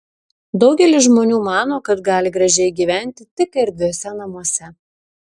daugelis žmonių mano kad gali gražiai gyventi tik erdviuose namuose